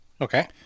Okay